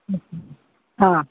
हा